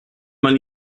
man